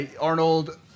Arnold